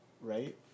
Right